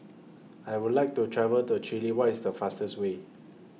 I Would like to travel to Chile What IS The fastest Way